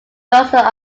dozens